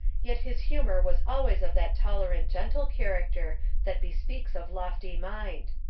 yet his humour was always of that tolerant gentle character that bespeaks of lofty mind.